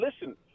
listen –